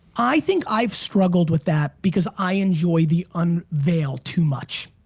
i think i've struggled with that because i enjoy the unveil too much.